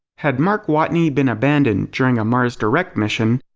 had mark watney been abandoned during a mars direct mission,